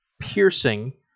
piercing